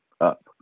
up